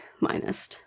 minus